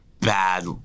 Bad